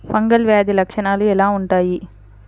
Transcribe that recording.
Fungal వ్యాధి లక్షనాలు ఎలా వుంటాయి?